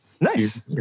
Nice